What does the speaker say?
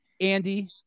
Andy